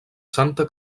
santa